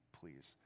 please